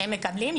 הם מקבלים.